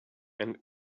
and